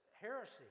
heresy